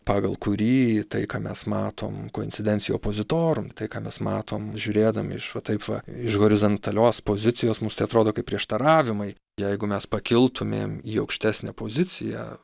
pagal kurį tai ką mes matom konsidencijo pozitorum tai ką mes matom žiūrėdami iš va taip va iš horizontalios pozicijos mus tai atrodo kaip prieštaravimai jeigu mes pakiltumėm į aukštesnę poziciją